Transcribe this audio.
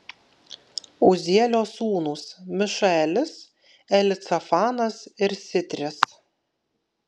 uzielio sūnūs mišaelis elicafanas ir sitris